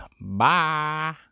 bye